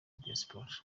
diaspora